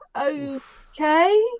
Okay